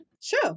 Sure